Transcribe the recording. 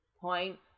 point